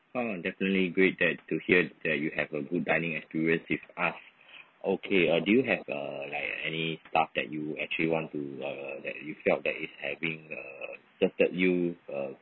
ah definitely great that to hear that you have a good dining experience with us okay uh do you have uh like any stuff that you actually want to uh like you felt that is having you uh